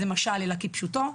איזה משל אלא כפשוטו,